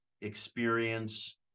experience